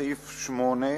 בסעיף 8,